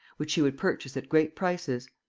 which she would purchase at great prices.